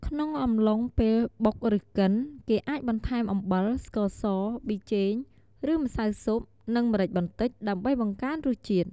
ក្នុងអំឡុងពេលបុកឬកិន គេអាចបន្ថែមអំបិល ស្ករស ប៊ីចេង ឬម្សៅស៊ុប និងម្រេចបន្តិច ដើម្បីបង្កើនរសជាតិ។